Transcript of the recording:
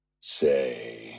Say